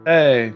Hey